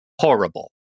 Horrible